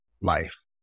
life